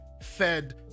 fed